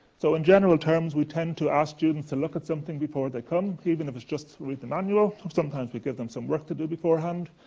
so in general terms, we tend to ask students to look at something before they come, even if it's just read the manual. or sometimes we give them some work to do beforehand.